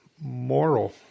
moral